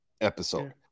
episode